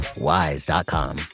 WISE.com